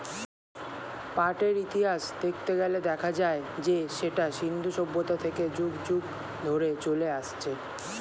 পাটের ইতিহাস দেখতে গেলে দেখা যায় যে সেটা সিন্ধু সভ্যতা থেকে যুগ যুগ ধরে চলে আসছে